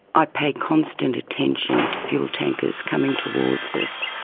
i pay constant attention to fuel tankers coming towards us.